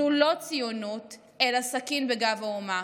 זו לא ציונות, אלא סכין בגב האומה.